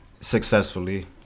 successfully